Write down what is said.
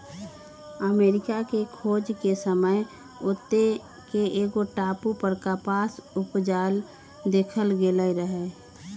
अमरिका के खोज के समय ओत्ते के एगो टापू पर कपास उपजायल देखल गेल रहै